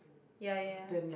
ya ya ya